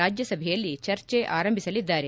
ರಾಜ್ಯಸಭೆಯಲ್ಲಿ ಚರ್ಚೆ ಆರಂಭಿಸಲಿದ್ದಾರೆ